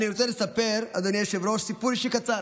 אני רוצה לספר, אדוני היושב-ראש, סיפור אישי קצר